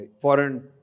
foreign